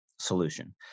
solution